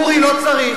אורי לא צריך.